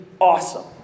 awesome